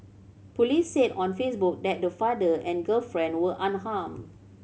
police said on Facebook that the father and girlfriend were unharmed